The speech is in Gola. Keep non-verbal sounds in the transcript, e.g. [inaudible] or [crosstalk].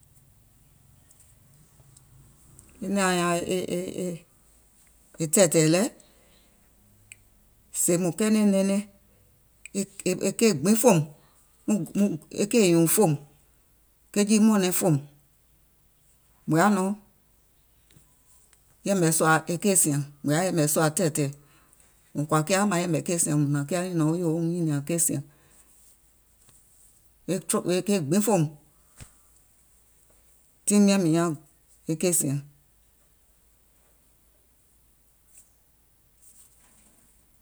E e e e e nɛ̀ɛŋ ȧŋ nyaaŋ e tɛ̀ɛ̀tɛ̀ɛ̀ lɛ, sèè mùŋ kɛɛnɛ̀ŋ nɛɛnɛŋ, e kaì fòùm, muŋ muŋ e kèì nyùùŋ fòùm, ke jii mɔ̀ɔ̀nɛŋ fòùm, mùŋ yaà nɔŋ yɛ̀mɛ̀ sùà e keì sìȧŋ, mùŋ yaà yɛ̀ɛ̀mɛ̀ tɛ̀ɛ̀tɛ̀ɛ̀, mùŋ kɔ̀à kià maŋ yɛ̀mɛ̀ keì sìȧŋ, mùŋ hnàŋ kiȧ wo nyùnɔ̀ɔŋ yòo woum nyìnìȧŋ keì sìȧŋ [unintelligible] e keì gbiŋ fòùm, tiŋ miȧŋ mìŋ nyaaŋ keì sìȧŋ.